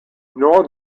nor